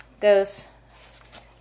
goes